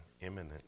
imminent